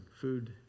food